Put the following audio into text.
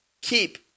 keep